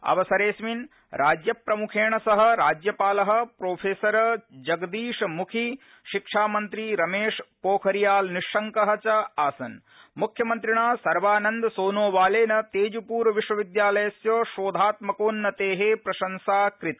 अवसरेऽस्मिन् राज्यप्रमुखेण सह राज्यपाल प्रोफेसर जगदीश मुखी शिक्षामन्त्री रमेश पोखिरयाल निशंक च आसन् मुख्यमन्त्रिणा सर्वानन्दसोनोवालेन तेजपुरविश्वविद्यालयस्य शोधात्मकोन्नते प्रशंसा कृता